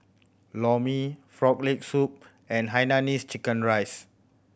Lor Mee Frog Leg Soup and hainanese chicken rice